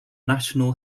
national